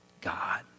God